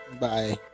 bye